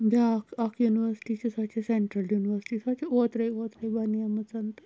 بیٛاکھ اَکھ یونیوَرسِٹی چھِ سۅ چھِ سینٹرَل یونیوَرسِٹی سۅ چھِ اوترَے اوترے بَنیمٕژَن